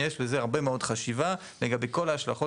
יש לזה הרבה מאוד חשיבה לגבי כל ההשלכות